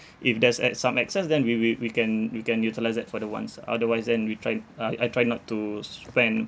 if there's ex~ some excess then we we we can we can utilise that for the wants ah otherwise then we try uh I try not to spend